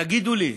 תגידו לי,